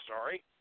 sorry